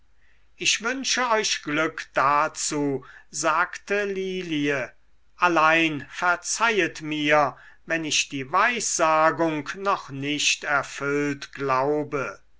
ich wünsche euch glück dazu sagte lilie allein verzeihet mir wenn ich die weissagung noch nicht erfüllt glaube